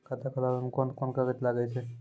खाता खोलावै मे कोन कोन कागज लागै छै?